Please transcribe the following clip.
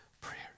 prayer